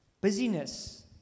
Busyness